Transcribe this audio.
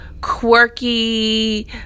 quirky